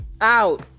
out